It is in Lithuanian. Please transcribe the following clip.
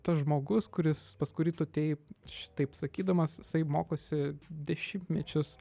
tas žmogus kuris pas kurį tu atėjai šitaip sakydamas isai mokosi dešimtmečius